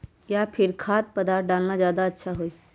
या फिर खाद्य पदार्थ डालना ज्यादा अच्छा होई?